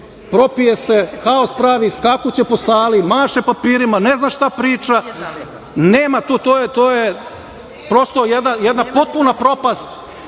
propije se, haos pravi, skakuće po sali, maše papirima, ne zna šta priča. Nema tu, to je prosto jedna potpuna propast. Nemojte